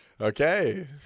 Okay